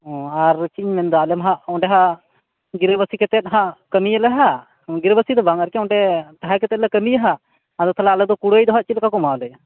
ᱚᱸ ᱟᱨ ᱪᱮᱫ ᱤᱧ ᱢᱮᱱᱫᱟ ᱟᱞᱮ ᱱᱷᱟᱸᱜ ᱚᱸᱰᱮ ᱦᱟᱸᱜ ᱜᱤᱨᱟ ᱵᱟ ᱥᱤ ᱠᱟᱛᱮᱫ ᱦᱟᱸᱜ ᱠᱟ ᱢᱤᱭᱟᱞᱮ ᱦᱟᱸᱜ ᱜᱤᱨᱟ ᱵᱟ ᱥᱤ ᱫᱚ ᱵᱟᱝ ᱟ ᱠᱤ ᱚᱸᱰᱮ ᱛᱟᱦᱮᱸᱠᱟᱛᱮ ᱞᱮ ᱠᱟ ᱢᱤᱭᱟ ᱦᱟᱸᱜ ᱟᱫᱚ ᱛᱟᱦᱚᱞᱮ ᱟᱞᱮᱫᱚ ᱠᱩᱲᱟ ᱭ ᱫᱚ ᱦᱟᱸᱜ ᱪᱮᱫ ᱞᱮᱠᱟ ᱠᱚ ᱮᱢᱟ ᱞᱮᱭᱟ